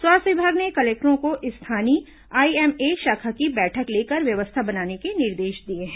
स्वास्थ्य विभाग ने कलेक्टरों को स्थानीय आईएमए शाखा की बैठक लेकर व्यवस्था बनाने के निर्देश दिए हैं